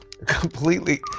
Completely